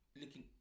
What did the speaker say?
looking